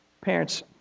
Parents